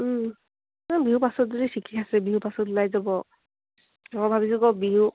বিহু পাছত যদি ঠিকে আছে বিহু পাছত ওলাই যাব মই ভাবিছোঁ আকৌ বিহু